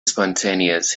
spontaneous